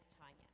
Tanya